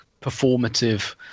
performative